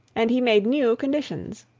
and he made new conditions.